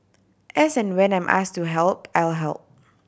as and when I'm ask to help I'll help